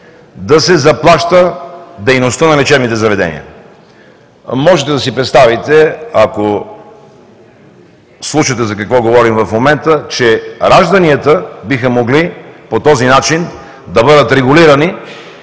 да се заплаща дейността на лечебните заведения. Можете да си представите, ако слушате за какво говорим в момента, че ражданията биха могли по този начин да бъдат регулирани